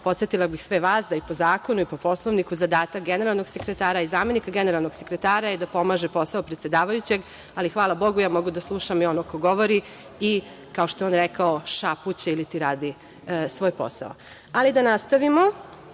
slušam. Podsetila bih sve vas da je i po zakonu i po Poslovniku zadatak generalnog sekretara i zamenika generalnog sekretara da pomaže posao predsedavajućeg ali, hvala Bogu, ja mogu da slušam i onog ko govori i, kao što je on rekao, šapuće ili radi svoj posao. Da li je još